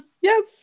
yes